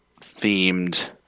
themed